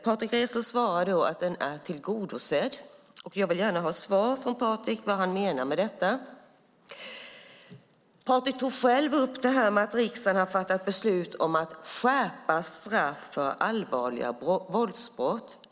Patrick Reslow svarar att reservationen är tillgodosedd. Jag vill gärna ha ett svar från Patrick på vad han menar med detta. Patrick tog själv upp att riksdagen har fattat beslut om att skärpa straff för allvarliga våldsbrott.